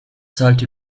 sollte